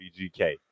BGK